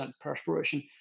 perspiration